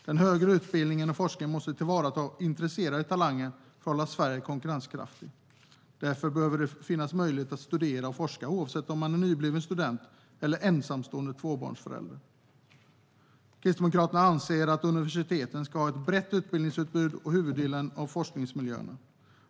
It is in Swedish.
Den högre utbildningen och forskningen måste tillvarata intresserade talanger för att hålla Sverige konkurrenskraftigt. Därför behöver det finnas möjligheter att studera eller forska oavsett om man är nybliven student eller ensamstående tvåbarnsförälder. Kristdemokraterna anser att universiteten ska ha ett brett utbildningsutbud och huvuddelen av forskningsmiljöerna.